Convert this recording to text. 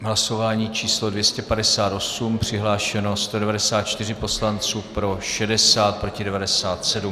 Hlasování číslo 258, přihlášeno 194 poslanců, pro 60, proti 97.